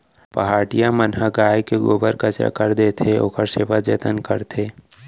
पहाटिया मन ह गाय के गोबर कचरा कर देथे, ओखर सेवा जतन करथे